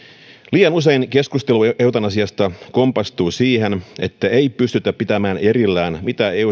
liian usein keskustelu eutanasiasta kompastuu siihen että ei pystytä pitämään erillään sitä mitä